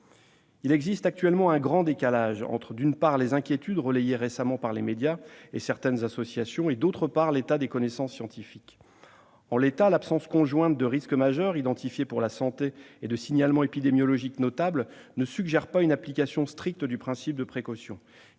Il existe actuellement un grand décalage entre, d'une part, les inquiétudes relayées récemment par les médias et certaines associations et, d'autre part, l'état des connaissances scientifiques. Aujourd'hui, l'absence conjointe de risque majeur identifié pour la santé et de signalement épidémiologique notable ne suggère pas une application stricte du principe de précaution